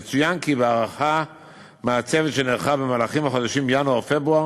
יצוין כי בהערכה מעצבת שנערכה בחודשים ינואר-פברואר,